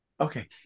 Okay